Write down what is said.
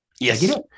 Yes